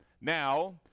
Now